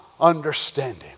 understanding